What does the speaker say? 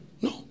No